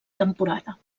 temporada